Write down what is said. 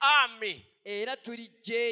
army